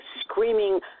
screaming